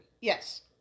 Yes